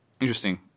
Interesting